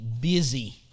busy